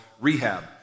rehab